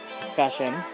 discussion